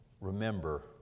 Remember